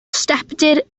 stepdir